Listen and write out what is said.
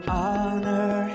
honor